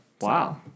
Wow